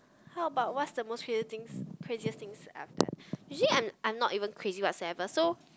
how about what's the most crazier things craziest things I've done usually I'm I'm not even crazy whatsoever so